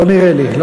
לא נראה לי.